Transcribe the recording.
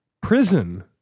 prison